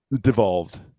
devolved